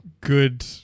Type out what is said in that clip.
good